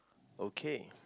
okay